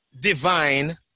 divine